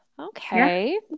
Okay